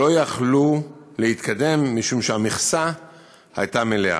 לא יכלו להתקדם משום שהמכסה הייתה מלאה.